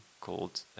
called